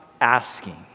asking